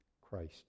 Christ